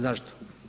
Zašto?